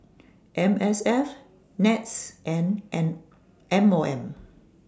M S F Nets and N M O M